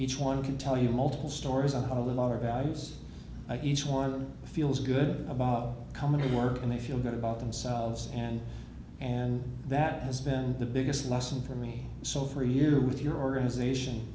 each one can tell you multiple stores and a lot of values and each one feels good about coming to work and they feel good about themselves and and that has been the biggest lesson for me so for a year with your organization